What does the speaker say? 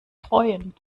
freuen